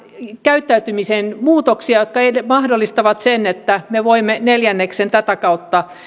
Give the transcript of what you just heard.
käyttäytymiseen muutoksia jotka mahdollistavat sen että me voimme neljänneksen tätä kautta